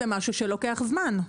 זה משהו שלוקח זמן.